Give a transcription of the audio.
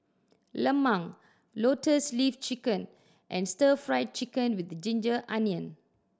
lemang Lotus Leaf Chicken and Stir Fried Chicken with ginger onion